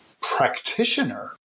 practitioner